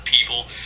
people